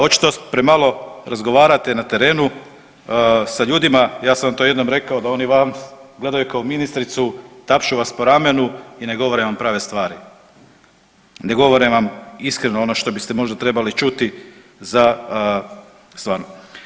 Očito premalo razgovarate na terenu sa ljudima, ja sam vam to jednom rekao da oni vas gledaju kao ministricu, tapšu vas po ramenu i ne govore vam prave stvari, ne govore vam iskreno ono što biste možda trebali čuti za stvarno.